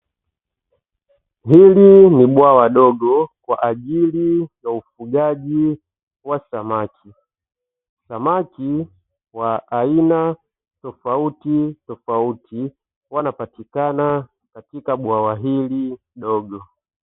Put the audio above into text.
Hili ni bwawa dogo kwa ajili ya ufugaji wa samaki, samaki wa aina tofautitofauti wanapatikana katika bwawa hili dogo.